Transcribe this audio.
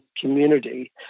community